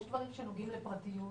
יש דברים שנוגעים לפרטיות,